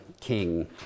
king